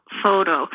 photo